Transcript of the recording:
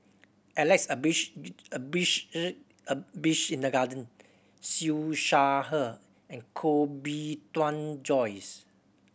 Alex Abisheganaden Siew Shaw Her and Koh Bee Tuan Joyce